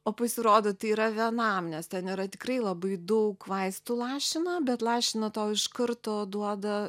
o pasirodo tai yra vienam nes ten yra tikrai labai daug vaistų lašina bet lašina tau iš karto duoda